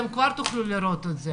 אתם כבר תוכלו לראות את זה